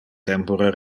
tempore